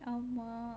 ஆமா:aamaa